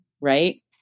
right